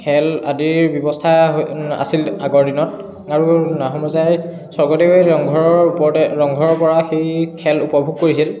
খেল আদিৰ ব্যৱস্থা আছিল আগৰ দিনত আৰু আহোম ৰজাই স্বৰ্গদেৱে ৰংঘৰৰ ওপৰতে ৰংঘৰৰ পৰা সেই খেল উপভোগ কৰিছিল